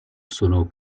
sono